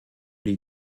die